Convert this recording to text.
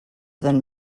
than